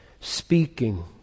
speaking